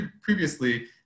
previously